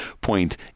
point